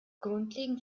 grundlegend